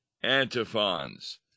antiphons